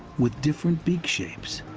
with different beak shapes